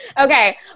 okay